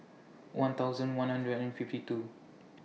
one thousand one hundred and fifty two